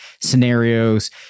scenarios